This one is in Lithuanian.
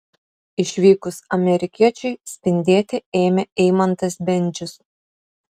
išvykus amerikiečiui spindėti ėmė eimantas bendžius